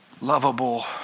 lovable